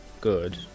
good